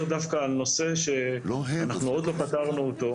דווקא על נושא שאנחנו עוד לא פתרנו אותו.